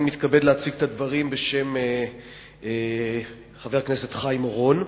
אני מתכבד להציג את הדברים בשם חבר הכנסת חיים אורון,